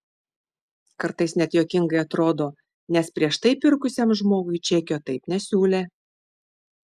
kartais net juokingai atrodo nes prieš tai pirkusiam žmogui čekio taip nesiūlė